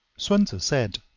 sun tzu said